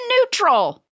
neutral